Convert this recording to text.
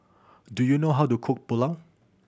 do you know how to cook Pulao